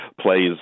plays